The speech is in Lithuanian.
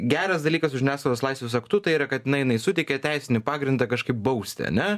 geras dalykas su žiniasklaidos laisvės aktu tai yra kad na jinai jinai suteikia teisinį pagrindą kažkaip bausti ane